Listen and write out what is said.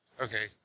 Okay